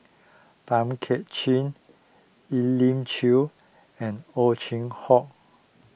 Tay Kay Chin Elim Chew and Ow Chin Hock